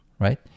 Right